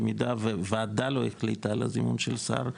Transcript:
במידה וועדה לא החליטה על הזימון של שר,